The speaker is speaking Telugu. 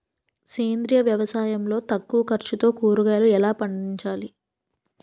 సేంద్రీయ వ్యవసాయం లో తక్కువ ఖర్చుతో కూరగాయలు ఎలా పండించాలి?